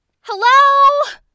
Hello